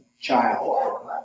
child